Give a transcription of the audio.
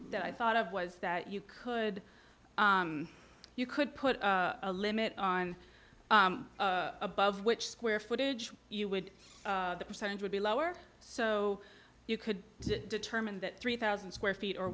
i thought of was that you could you could put a limit on above which square footage you would the percentage would be lower so you could determine that three thousand square feet or